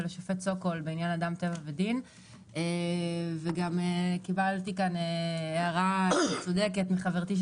השופט סוקול בעניין אדם טבע ודין וגם קיבלתי כאן הערה צודקת מחברתי,